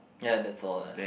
ya that's all ah